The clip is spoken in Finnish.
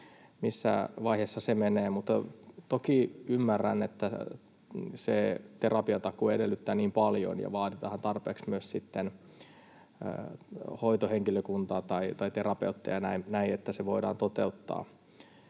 missä vaiheessa se menee? Mutta toki kun ymmärrän, että se terapiatakuu edellyttää niin paljon, niin vaaditaanhan tarpeeksi myös sitten hoitohenkilökuntaa tai terapeutteja ja näin edelleen, että se voidaan toteuttaa?